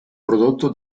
prodotto